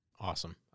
Awesome